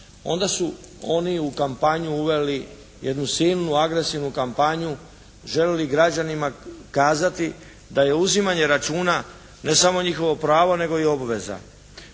onda su oni u kampanju uveli jednu silnu agresivnu kampanju željeli građanima kazati da je uzimanje računa ne samo njihovo pravo nego i obveza.